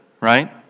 right